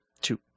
Two